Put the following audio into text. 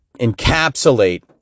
encapsulate